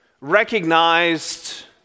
recognized